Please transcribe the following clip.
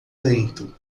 lento